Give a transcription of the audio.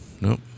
Nope